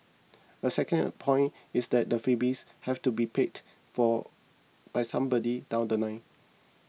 a second point is that the freebies have to be paid for by somebody down The Line